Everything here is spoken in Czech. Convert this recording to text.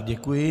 Děkuji.